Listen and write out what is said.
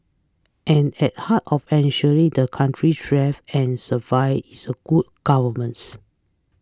and at the heart of ensuring the country thrive and survive is good governance